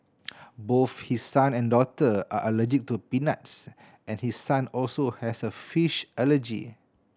both his son and daughter are allergic to peanuts and his son also has a fish allergy